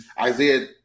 Isaiah